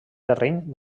terreny